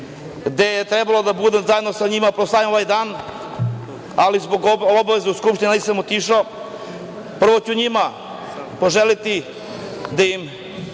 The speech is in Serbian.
gde je trebalo da danas zajedno sa njima proslavim ovaj dan, ali zbog obaveza u Skupštini nisam otišao, prvo ću njima poželeti da im